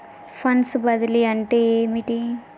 Funds బదిలీ అంటే ఏమిటి?